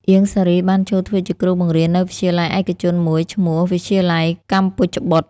អៀង សារី បានចូលធ្វើជាគ្រូបង្រៀននៅវិទ្យាល័យឯកជនមួយឈ្មោះ “វិទ្យាល័យកម្ពុជបុត្រ”។